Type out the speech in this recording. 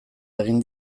egin